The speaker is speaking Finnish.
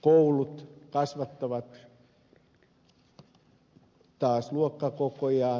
koulut kasvattavat taas luokkakokojaan